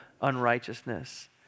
unrighteousness